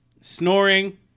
snoring